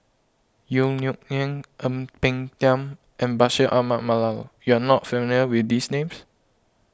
Yong Nyuk Lin Ang Peng Tiam and Bashir Ahmad Mallal you are not familiar with these names